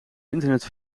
internet